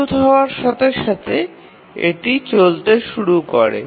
প্রস্তুত হওয়ার সাথে সাথে এটি চলতে শুরু করে